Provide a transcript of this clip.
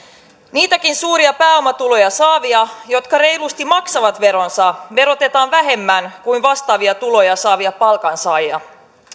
niitäkin suuria pääomatuloja saavia jotka reilusti maksavat veronsa verotetaan vähemmän kuin vastaavia tuloja saavia palkansaajia